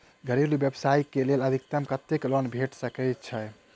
घरेलू व्यवसाय कऽ लेल अधिकतम कत्तेक लोन भेट सकय छई?